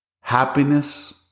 Happiness